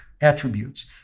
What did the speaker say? attributes